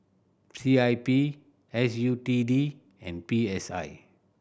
C I P S U T D and P S I